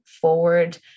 forward